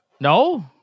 No